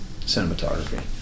cinematography